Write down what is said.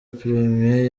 premien